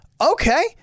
Okay